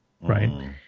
right